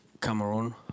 cameroon